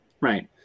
Right